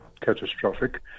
catastrophic